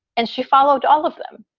and she followed all of them.